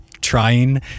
trying